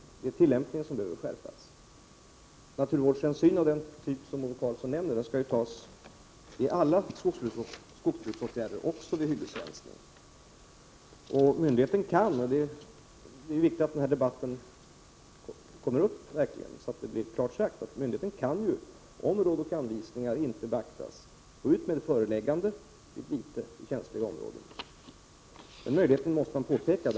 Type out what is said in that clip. Det är tillämpningen som behöver skärpas. Den naturvårdshänsyn som Ove Karlsson nämner skall tas vid alla skogsbruksåtgärder, även vid hyggesrensning. Det är viktigt att den här debatten sker, så att det blir klart utsagt att myndigheten kan, om inte råd och anvisningar beaktas, gå ut med föreläggande vid vite beträffande känsliga områden. Den möjligheten måste man framhålla.